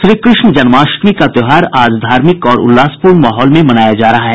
श्रीकृष्ण जन्माष्टमी का त्योहार आज धार्मिक और उल्लासपूर्ण माहौल में मनाया जा रहा है